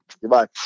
Goodbye